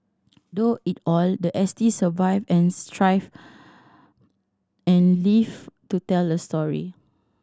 though it all the S T survived and thrived and lived to tell the story